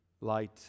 light